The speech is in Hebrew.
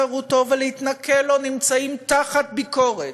חירותו ולהתנכל לו נמצאים תחת ביקורת,